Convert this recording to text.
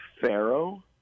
pharaoh